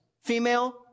female